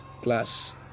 class